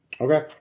Okay